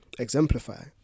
exemplify